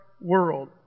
world